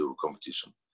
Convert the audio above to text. competition